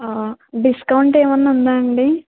discount ఏమైనా ఉందా అండి